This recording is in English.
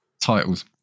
titles